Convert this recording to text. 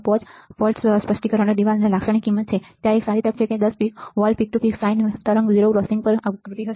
5 volt સ્પષ્ટીકરણની દિવાલની લાક્ષણિક કિંમત છે ત્યાં એક સારી તક છે કે 10 volt peak to peak sine wave 0 crossing પર વિકૃતિ હશે